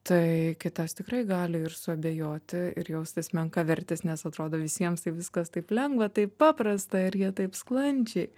tai kitas tikrai gali ir suabejoti ir jaustis menkavertis nes atrodo visiems taip viskas taip lengva taip paprasta ir jie taip sklandžiai